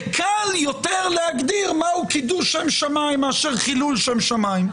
וקל יותר להגדיר מהו קידוש שם שמים מאשר חילול שם שמיים.